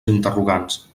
interrogants